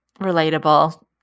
relatable